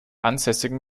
ansässigen